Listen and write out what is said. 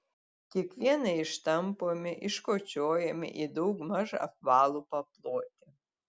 kiekvieną ištampome iškočiojame į daugmaž apvalų paplotį